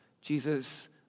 Jesus